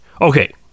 Okay